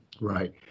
Right